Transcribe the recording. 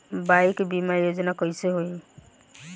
Bike बीमा योजना कैसे होई?